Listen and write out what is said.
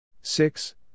six